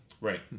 Right